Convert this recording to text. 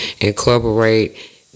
Incorporate